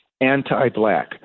anti-black